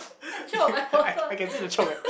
I I can see the choke leh